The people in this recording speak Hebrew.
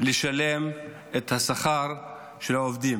לשלם את השכר של העובדים.